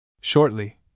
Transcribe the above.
Shortly